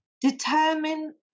determine